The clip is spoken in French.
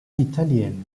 italienne